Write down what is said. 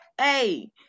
hey